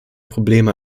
probleme